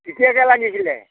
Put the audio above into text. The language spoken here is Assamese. কেতিয়াকে লাগিছিলে